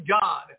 God